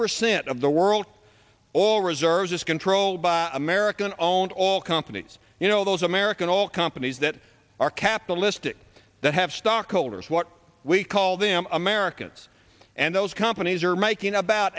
percent of the world's oil reserves is controlled by american owned oil companies you know those american oil companies that are capitalistic that have stockholders what we call them americans and those companies are making about